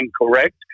incorrect